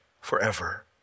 forever